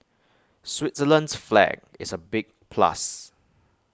Switzerland's flag is A big plus